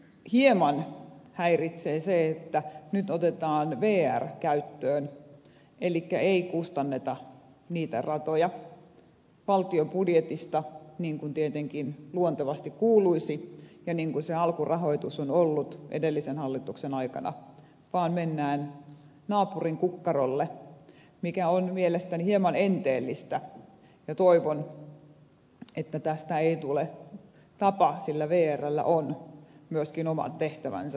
hieman häiritsee se että nyt otetaan vrn rahat käyttöön elikkä ei kustanneta niitä ratoja valtion budjetista niin kuin tietenkin luontevasti kuuluisi ja niin kuin se alkurahoitus on ollut edellisen hallituksen aikana vaan mennään naapurin kukkarolle mikä on mielestäni hieman enteellistä ja toivon että tästä ei tule tapa sillä vrllä on myöskin oma tehtävänsä hoidettavana